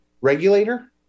regulator